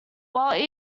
while